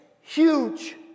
huge